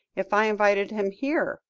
if i invited him here,